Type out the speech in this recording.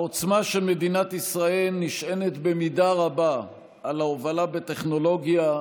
העוצמה של מדינת ישראל נשענת במידה רבה על ההובלה בטכנולוגיה,